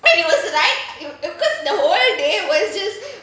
and he was right because the whole day was just